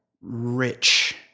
rich